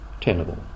tenable